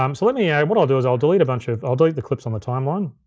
um so let me, yeah what i'll do is i'll delete a bunch of, i'll delete the clips on the timeline.